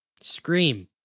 Scream